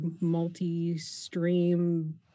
multi-stream